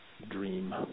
dream